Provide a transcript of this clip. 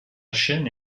chaîne